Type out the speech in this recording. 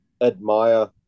admire